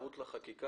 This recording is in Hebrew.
בהתייחס לחקיקה,